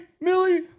Millie